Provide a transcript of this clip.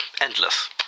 endless